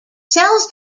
cells